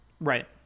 Right